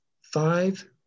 five